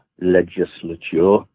legislature